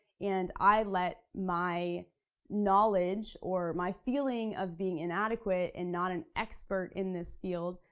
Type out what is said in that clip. and i let my knowledge or my feeling of being inadequate and not an expert in this field,